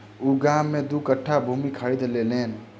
ओ गाम में दू कट्ठा भूमि खरीद लेलैन